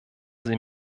sie